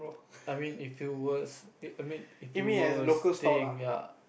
I mean if it was I mean if it was staying ya